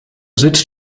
sitz